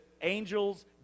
angels